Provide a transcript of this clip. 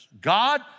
God